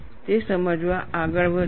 તે સમજવા આગળ વધ્યા